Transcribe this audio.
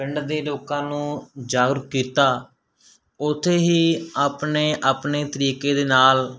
ਪਿੰਡ ਦੇ ਲੋਕਾਂ ਨੂੰ ਜਾਗਰੂਕ ਕੀਤਾ ਓਥੇ ਹੀ ਆਪਣੇ ਆਪਣੇ ਤਰੀਕੇ ਦੇ ਨਾਲ